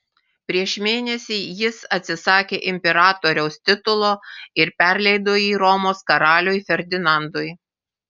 prieš mėnesį jis atsisakė imperatoriaus titulo ir perleido jį romos karaliui ferdinandui